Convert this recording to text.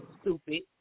stupid